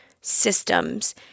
systems